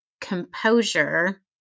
composure